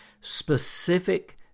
specific